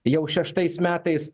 jau šeštais metais